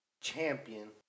champion